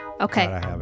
Okay